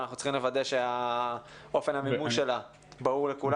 אנחנו צריכים לוודא שאופן המימוש שלה ברור לכולנו.